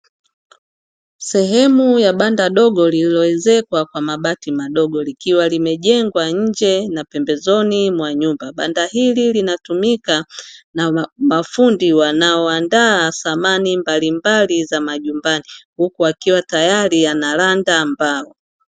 Sehemu ya banda dogo lililoezekwa kwa mabati madogo likiwa limejengwa nje na pembezoni mwa nyumba. Banda hili linatumika na mafundi wanaoandaa samani mbalimbali za majumbani huku akiwa tayari anaranda mbao.